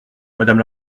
madame